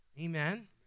Amen